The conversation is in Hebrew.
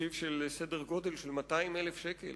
תקציב של סדר גודל של 200 מיליון שקל.